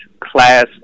class